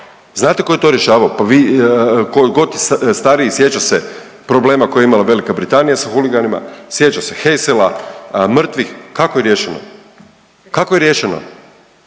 Znate tko je to rješavao, pa vi, tko je god stariji sjeća se problema koji je imala Velika Britanija sa huliganima, sjeća se Hesela, mrtvih kako je riješeno, kako je riješeno.